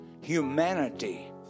humanity